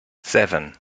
seven